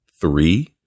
three